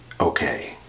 okay